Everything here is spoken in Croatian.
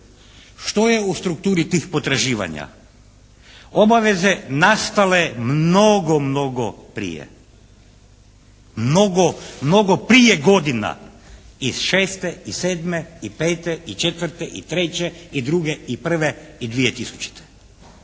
Što je u strukturi tih potraživanja? Obaveze nastale mnogo, mnogo prije. Mnogo, mnogo prije godina i šeste, i sedme, i pete, i četvrte, i treće, i druge, i prve i 2000. I sada